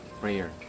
prayer